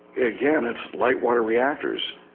again, it's light water reactors.